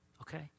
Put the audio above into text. Okay